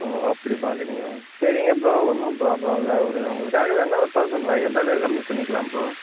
ஓ அப்படி பார்க்குறீங்களா சரிங்க ப்ரோ ஒன்றும் பிராப்ளம் இல்லை ஒரு உங்களுக்காக வேணுனா ஒரு தௌசண்ட் ஃபைவ் ஹண்ட்ரடு கம்மி பண்ணிக்கலாம் ப்ரோ